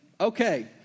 okay